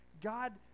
God